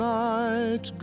night